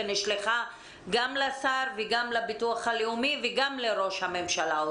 שנשלחה גם לשר וגם לביטוח הלאומי וגם לראש הממשלה.